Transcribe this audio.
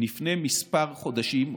לפני כמה חודשים,